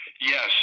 Yes